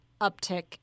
uptick